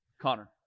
Connor